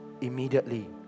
immediately